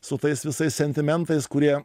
su tais visais sentimentais kurie